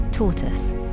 Tortoise